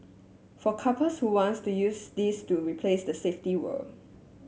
for couples who wants to use this to replace the safety word